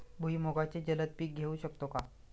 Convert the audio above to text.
भुईमुगाचे जलद पीक घेऊ शकतो का?